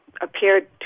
appeared